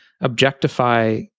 objectify